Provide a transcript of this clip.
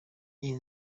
iyi